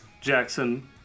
jackson